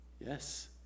Yes